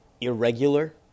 Irregular